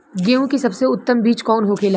गेहूँ की सबसे उत्तम बीज कौन होखेला?